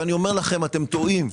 ואני אומר לכם אתם טועים.